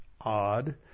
odd